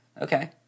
Okay